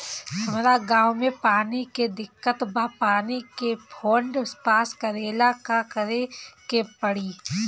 हमरा गॉव मे पानी के दिक्कत बा पानी के फोन्ड पास करेला का करे के पड़ी?